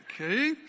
Okay